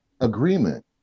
agreement